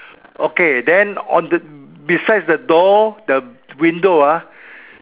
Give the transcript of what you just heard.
okay then on the besides the door the window ah